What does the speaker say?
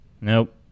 Nope